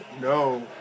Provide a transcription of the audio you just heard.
No